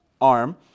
arm